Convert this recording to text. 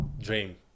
Dream